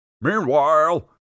Meanwhile